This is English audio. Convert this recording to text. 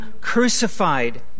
crucified